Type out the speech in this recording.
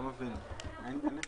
להבין על מה